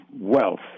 wealth